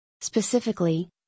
Specifically